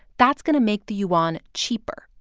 that's going to make the yuan cheaper.